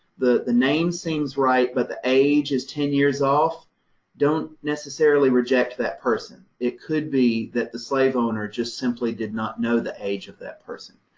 the the name seems right, but the age is ten years off don't necessarily reject that person. it could be that the slave owner just simply did not know the age of that person.